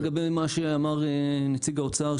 לגבי מה שאמר נציג האוצר,